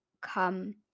come